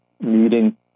meeting